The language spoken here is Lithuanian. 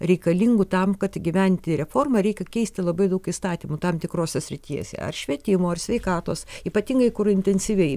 reikalingų tam kad įgyvendinti reformą reikia keisti labai daug įstatymų tam tikros srities ar švietimo ar sveikatos ypatingai kur intensyviai